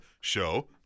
Show